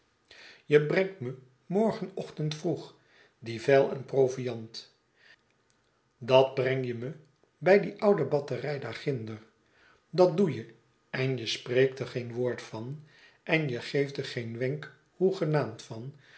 je brengt me morgenochtend vroeg die vijl en pro viand dat breng je me bij die oude battery daar ginder dat doe je en je spreekt er geen woord van en je geeft er geen wenk hoegenaamd van